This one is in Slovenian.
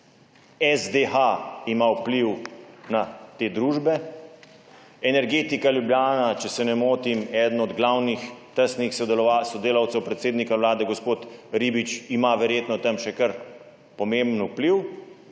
SDH ima vpliv na te družbe. Energetika Ljubljana, če se ne motim, eden od glavnih tesnih sodelavcev predsednika Vlade gospod Ribič ima verjetno tam še kar pomemben vpliv.